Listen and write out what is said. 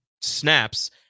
snaps